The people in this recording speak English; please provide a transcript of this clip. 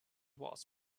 was